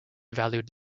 valued